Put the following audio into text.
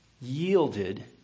yielded